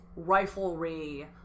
riflery